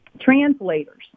translators